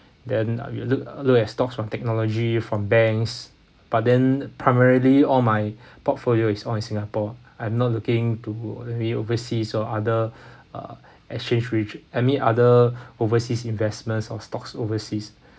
then uh you look look at stocks from technology from banks but then primarily all my portfolio is only singapore I'm not looking to go anyway overseas or other uh exchange region any other overseas investments or stocks overseas